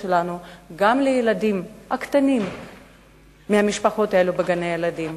שלנו גם לילדים הקטנים מהמשפחות האלה בגני-הילדים.